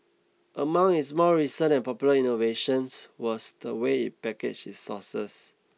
among its more recent and popular innovations was the way it packaged its sauces